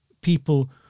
people